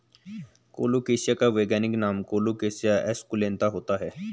colocasia का वैज्ञानिक नाम कोलोकेशिया एस्कुलेंता होता है